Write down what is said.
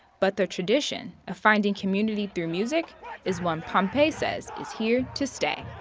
but the tradition of finding community through music is one pompey says is here to stay.